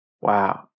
Wow